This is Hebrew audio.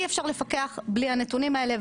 אי אפשר לפקח בלי הנתונים האלה,